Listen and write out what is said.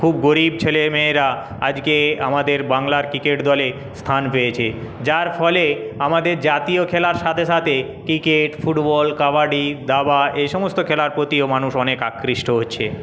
খুব গরীব ছেলেমেয়েরা আজকে আমাদের বাংলার ক্রিকেট দলে স্থান পেয়েছে যার ফলে আমাদের জাতীয় খেলার সাথে সাথে ক্রিকেট ফুটবল কাবাডি দাবা এইসমস্ত খেলার প্রতিও মানুষ অনেক আকৃষ্ট হচ্ছে